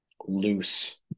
loose